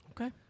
Okay